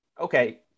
okay